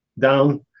down